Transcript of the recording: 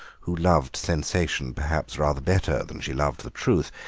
who loved sensation perhaps rather better than she loved the truth,